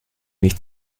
nicht